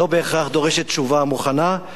לא בהכרח דורשת תשובה מוכנה.